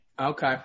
Okay